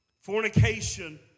fornication